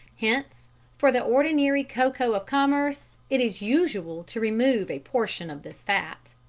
hence for the ordinary cocoa of commerce it is usual to remove a portion of this fat.